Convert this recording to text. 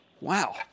Wow